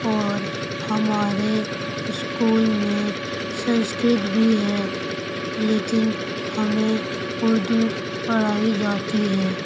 اور ہمارے اسکول میں سنسکرت بھی ہے لیکن ہمیں اردو پڑھائی جاتی ہے